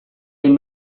egin